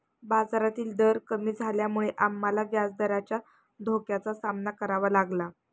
बाजारातील दर कमी झाल्यामुळे आम्हाला व्याजदराच्या धोक्याचा सामना करावा लागला